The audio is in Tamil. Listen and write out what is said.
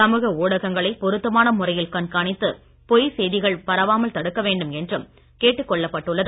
சமூக ஊடகங்களை பொருத்தமான முறையில் கண்காணித்து பொய் செய்திகள் பரவாமல் தடுக்க வேண்டும் என்றும் கேட்டுக் கொள்ளப்பட்டுள்ளது